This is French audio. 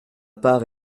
part